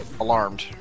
alarmed